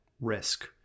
risk